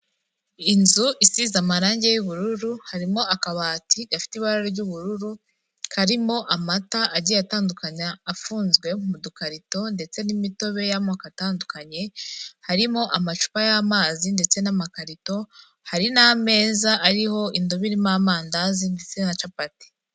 Inzu isize amarangi y'ubururu harimo akabati gafite ibara ry'ubururu, karimo amata agiye atandukanye afunzwe mu dukarito ndetse n'imitobe y'amoko atandukanye, harimo amacupa y'amazi ndetse n'amakarito, hari n'ameza ariho indobo irimo amandazi ndetse na capati.